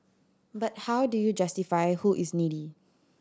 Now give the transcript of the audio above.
but how do you justify who is needy